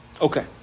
Okay